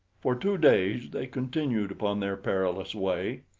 for two days they continued upon their perilous way.